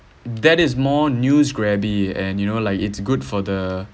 that is more news grabby and you know like it's good for the